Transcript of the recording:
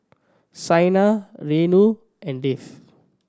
Saina Renu and Dev